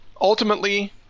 ultimately